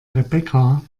rebecca